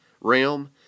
realm